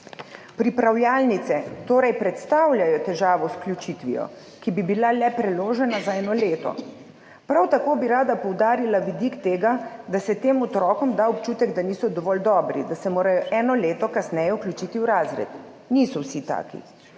Pripravljalnice torej predstavljajo težavo z vključitvijo, ki bi bila le preložena za eno leto. Prav tako bi rada poudarila vidik tega, da se tem otrokom da občutek, da niso dovolj dobri, da se morajo eno leto kasneje vključiti v razred. Niso vsi taki.